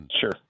Sure